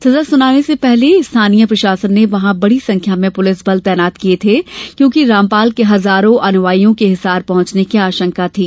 सजा सुनाने से पहले स्थानीय प्रशासन ने वहां बड़ी संख्या में पुलिस बल तैनात किये थे क्योंकि रामपाल के हजारों अनुयायियों के हिसार पहुंचने की आशंको थी